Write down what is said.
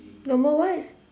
normal what